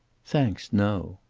thanks, no.